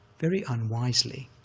very unwisely,